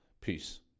Peace